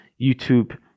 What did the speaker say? YouTube